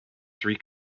three